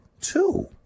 Two